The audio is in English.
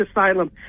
asylum